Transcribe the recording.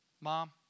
Mom